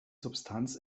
substanz